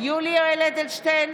יולי יואל אדלשטיין,